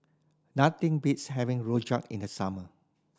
nothing beats having rojak in the summer